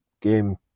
game